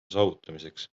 saavutamiseks